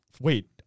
Wait